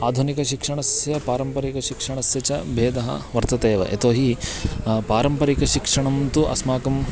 आधुनिकशिक्षणस्य पारम्परिकशिक्षणस्य च भेदः वर्तते एव यतोहि पारम्परिकशिक्षणं तु अस्माकं